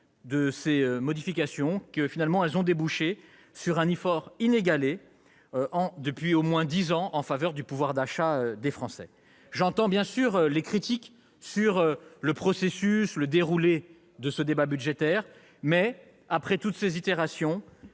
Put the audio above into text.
de ces modifications qu'elles ont finalement débouché sur un effort inégalé depuis au moins dix ans en faveur du pouvoir d'achat des Français. J'entends bien sûr les critiques sur le déroulement de ce débat budgétaire. Toutefois, après toutes ces itérations,